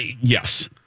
Yes